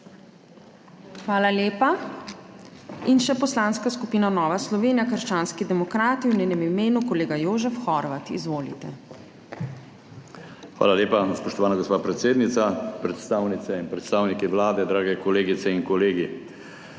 Hvala lepa. In še Poslanska skupina Nova Slovenija – krščanski demokrati, v njenem imenu kolega Jožef Horvat. Izvolite. **JOŽEF HORVAT (PS NSi):** Hvala lepa, spoštovana gospa predsednica. Predstavnice in predstavniki Vlade, dragi kolegice in kolegi!